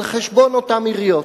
על חשבון אותן עיריות.